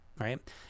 right